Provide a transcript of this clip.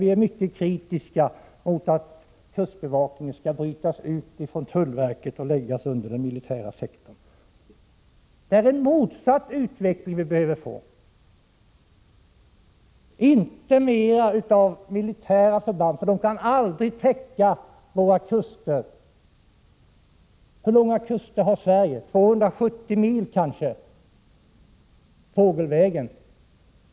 Vi är mycket kritiska mot att kustbevakningen skall brytas ut ur tullverket och läggas inom den militära sektorn. Det är en motsatt utveckling som behövs. Det erfordras inte fler militära förband, för de kan aldrig täcka våra kuster. Hur långa kuster har Sverige? Jo, de är kanske 270 mil långa fågelvägen.